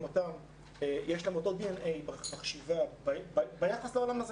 יש להם אותו די-אן-אי בחשיבה ביחס לעולם הזה,